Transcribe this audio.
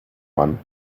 one